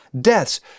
deaths